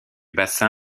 bassin